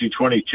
2022